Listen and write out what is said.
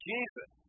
Jesus